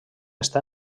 està